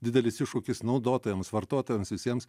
didelis iššūkis naudotojams vartotojams visiems